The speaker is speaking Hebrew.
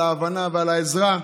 על ההבנה ועל העזרה.